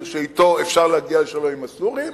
שאתו אפשר להגיע לשלום עם הסורים,